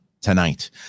tonight